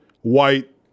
white